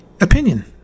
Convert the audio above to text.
opinion